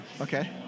Okay